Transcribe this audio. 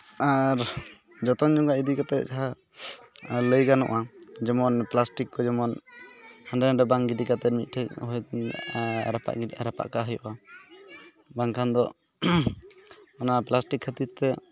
ᱟᱨ ᱡᱚᱛᱚᱱ ᱡᱚᱜᱟᱣ ᱤᱫᱤ ᱠᱟᱛᱮ ᱡᱟᱦᱟᱸ ᱟᱨ ᱞᱟᱹᱭ ᱜᱟᱱᱚᱜᱼᱟ ᱡᱮᱢᱚᱱ ᱯᱞᱟᱥᱴᱤᱠ ᱠᱚ ᱡᱮᱢᱚᱱ ᱦᱟᱸᱰᱮᱱᱟᱰᱮ ᱵᱟᱝ ᱜᱤᱰᱤ ᱠᱟᱛᱮ ᱢᱤᱫᱴᱷᱮᱱ ᱦᱳᱭᱛᱳ ᱨᱟᱯᱟᱜ ᱨᱟᱯᱟᱜ ᱠᱟᱜ ᱦᱩᱭᱩᱜᱼᱟ ᱵᱟᱝᱠᱷᱟᱱ ᱫᱚ ᱚᱱᱟ ᱯᱞᱟᱥᱴᱤᱠ ᱠᱷᱟᱹᱛᱤᱨ ᱛᱮ